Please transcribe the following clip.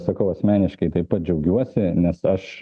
sakau asmeniškai taip pat džiaugiuosi nes aš